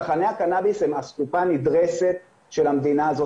צרכני הקנאביס הם אסקופה נדרסת של המדינה הזאת